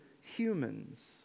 humans